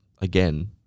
again